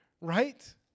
Right